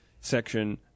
section